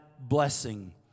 blessing